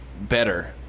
better